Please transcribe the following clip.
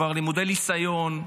כבר למודי ניסיון,